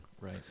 right